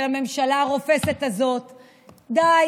ולממשלה הרופסת הזאת: די,